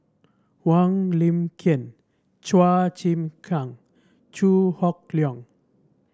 Wong Lin Ken Chua Chim Kang Chew Hock Leong